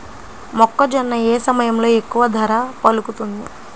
మొక్కజొన్న ఏ సమయంలో ఎక్కువ ధర పలుకుతుంది?